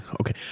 Okay